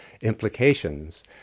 implications